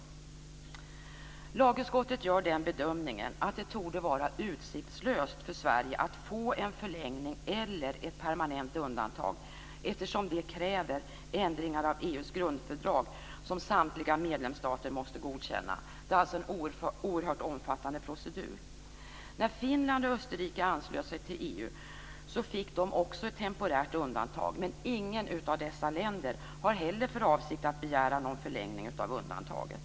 Lagutskottet gör bedömningen att det torde vara utsiktslöst för Sverige att få en förlängning eller ett permanent undantag eftersom det kräver ändringar av EU:s grundfördrag, som samtliga medlemsstater måste godkänna. Det är alltså en oerhört omfattande procedur. När Finland och Österrike anslöt sig till EU fick de också ett temporärt undantag, men inget av dessa länder har heller för avsikt att begära någon förlängning av undantaget.